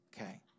okay